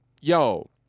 yo